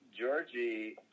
Georgie